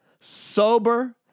sober